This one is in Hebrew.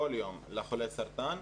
כל יום לחולי סרטן,